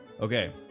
Okay